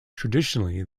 traditionally